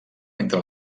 entre